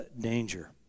danger